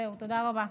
זהו, תודה רבה.